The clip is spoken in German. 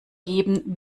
geben